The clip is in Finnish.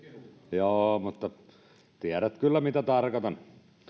joo mutta tiedät kyllä mitä tarkoitan